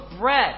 bread